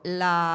la